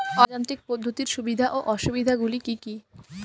অযান্ত্রিক পদ্ধতির সুবিধা ও অসুবিধা গুলি কি কি?